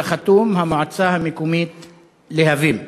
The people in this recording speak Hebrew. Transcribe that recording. על החתום: המועצה המקומית להבים.